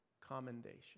commendation